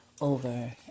over